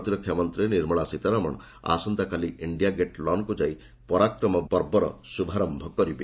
ପ୍ରତିରକ୍ଷା ମନ୍ତ୍ରୀ ନିର୍ମଳା ସୀତାରମଣ ଆସନ୍ତାକାଲି ଇଣ୍ଡିଆଗେଟ୍ ଲନ୍କୁ ଯାଇ ପରାମକ୍ରମ ପର୍ବର ଶୁଭାରମ୍ଭ କରିବେ